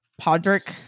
Podrick